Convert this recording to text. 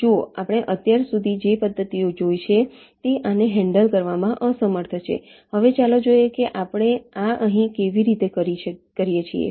જુઓ આપણે અત્યાર સુધી જે પદ્ધતિઓ જોઈ છે તે આને હેન્ડલ કરવામાં અસમર્થ છે હવે ચાલો જોઈએ કે આપણે આ અહીં કેવી રીતે કરીએ છીએ